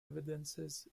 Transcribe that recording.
evidences